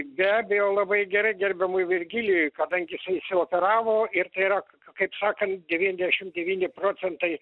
be abejo labai gerai gerbiamui virgilijui kadangi jisai išsioperavo ir tai yra kaip sakant devyndešim devyni procentai